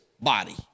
body